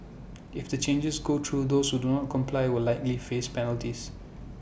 if the changes go through those who do not comply will likely face penalties